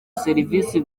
serivi